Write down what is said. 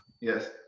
Yes